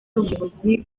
ubuyobozi